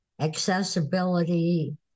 accessibility